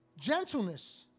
gentleness